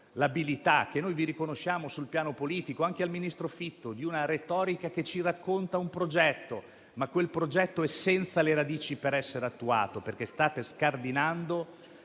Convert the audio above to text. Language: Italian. l'abilità che riconosciamo sul piano politico a voi ed anche al ministro Fitto di una retorica che ci racconta un progetto, che però è senza le radici per essere attuato, perché state scardinando